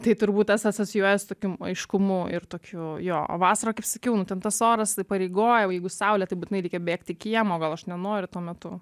tai turbūt tas asocijuojas su tokiu aiškumu ir tokiu jo o vasara kaip sakiau nu ten tas oras įpareigoja va jeigu saulė tai būtinai reikia bėgt į kiemą o gal aš nenoriu tuo metu